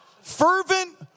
Fervent